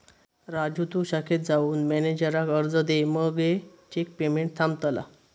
राजू तु शाखेत जाऊन मॅनेजराक अर्ज दे मगे चेक पेमेंट थांबतला